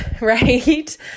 right